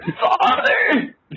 Father